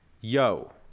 Yo